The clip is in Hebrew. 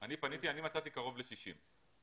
אני מצאתי קרוב ל-60.